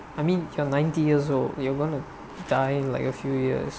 I mean you're ninety years old you're going to die like a few years